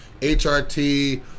HRT